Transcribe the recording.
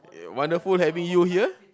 wonderful having you here